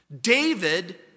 David